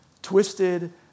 Twisted